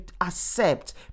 accept